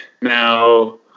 Now